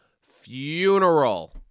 funeral